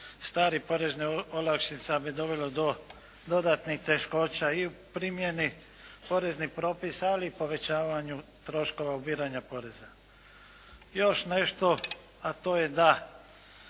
starih poreznih olakšica bi dovelo do dodatnih teškoća i u primjeni poreznih propisa ali i povećavanju troškova ubiranja poreza. Još nešto, a to je da